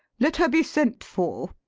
let her be sent for.